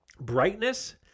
brightness